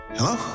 Hello